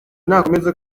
nakomeza